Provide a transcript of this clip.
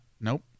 Nope